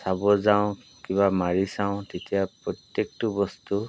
চাব যাওঁ কিবা মাৰি চাওঁ তেতিয়া প্ৰত্যেকটো বস্তু